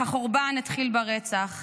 כן, אך החורבן התחיל ברצח.